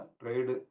trade